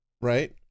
right